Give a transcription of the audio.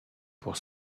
pour